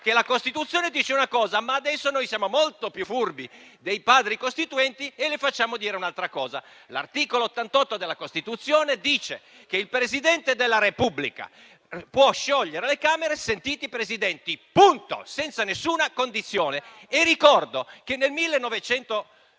cui la Costituzione dice una cosa, ma adesso noi siamo molto più furbi dei Padri costituenti e le facciamo dire un'altra cosa. L'articolo 88 della Costituzione stabilisce che il Presidente della Repubblica può sciogliere le Camere, sentiti i Presidenti: punto, senza alcuna condizione. Ricordo che nel 1994